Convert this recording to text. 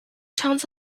towns